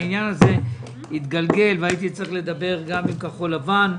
העניין הזה התגלגל והייתי צריך לדבר גם עם כחול לבן,